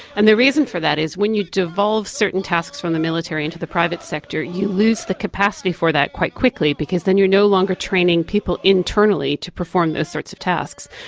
and the reason for that is when you devolve certain tasks from the military into the private sector you lose the capacity for that quite quickly because then you are no longer training people internally to perform those sorts of tasks.